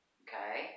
okay